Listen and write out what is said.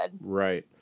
Right